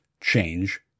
change